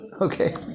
Okay